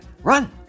Run